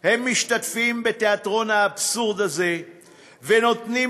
הם משתתפים בתיאטרון האבסורד הזה ונותנים